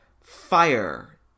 Fire